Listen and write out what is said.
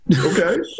Okay